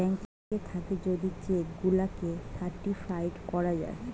bank থাকে যদি cheque গুলাকে সার্টিফাইড করা যায়